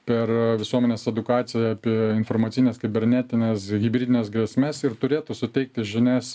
per visuomenės edukaciją apie informacines kibernetines hibridines grėsmes ir turėtų suteikti žinias